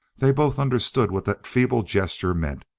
they both understood what that feeble gesture meant.